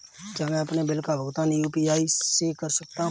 क्या मैं अपने बिल का भुगतान यू.पी.आई से कर सकता हूँ?